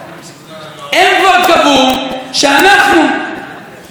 היום הנשיא לא מיהר לקפוץ ולהגיד: בני עמי בחרו בטרור.